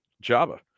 Java